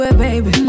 baby